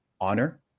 honor